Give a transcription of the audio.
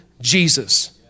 Jesus